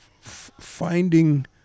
finding